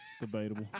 Debatable